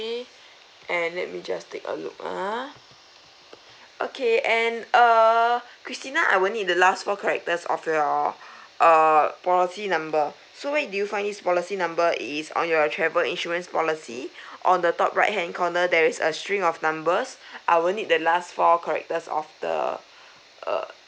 and let me just take a look ah okay and err christina I will need the last four characters of your uh policy number so where do you find his policy number is on your travel insurance policy on the top right hand corner there is a string of numbers I will need the last four characters of the err